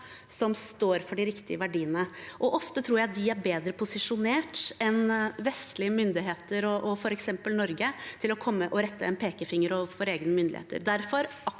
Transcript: som står for de riktige verdiene. Ofte tror jeg at de er bedre posisjonert enn vestlige myndigheter, f.eks. Norge, til å kunne rette en pekefinger mot egne myndigheter. Derfor støtter